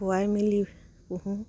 খোৱাই মেলি পুহোঁ